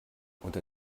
unter